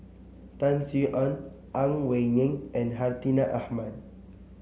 Tan Sin Aun Ang Wei Neng and Hartinah Ahmad